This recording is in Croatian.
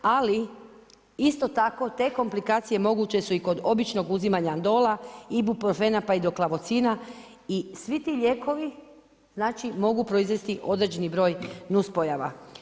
Ali isto tako te komplikacije moguće su i kod običnog uzimanja Andola, Ibuprofena pa i do Klavocina i svi ti lijekovi, znači mogu proizvesti određeni broj nuspojava.